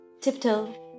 tiptoe